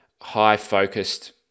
high-focused